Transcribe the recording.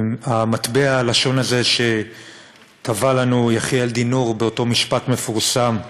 מטבע הלשון הזה שטבע לנו יחיאל דינור באותו משפט מפורסם.